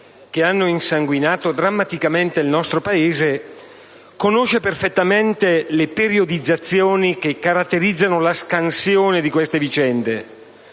che hanno insanguinato drammaticamente il nostro Paese conosce perfettamente le periodizzazioni che caratterizzano la scansione di queste vicende: